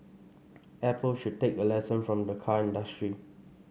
Apple should take a lesson from the car industry